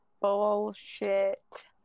bullshit